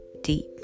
deep